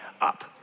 up